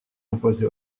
imposé